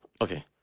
Okay